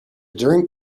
drink